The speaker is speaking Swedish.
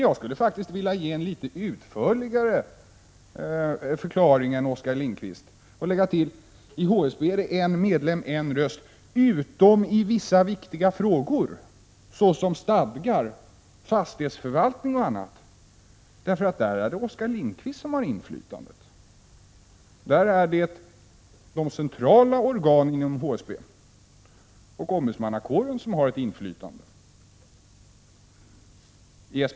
Jag skulle faktiskt vilja ge en litet utförligare förklaring än Oskar Lindkvist och lägga till: I HSB är det en medlem en röst, utom i vissa viktiga frågor såsom stadgar, fastighetsförvaltning och annat, därför att där är det Oskar Lindkvist som har inflytandet. Där är det de centrala organen inom HSB och ombudsmannakåren som har ett inflytande.